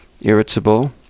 irritable